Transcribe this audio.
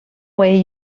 way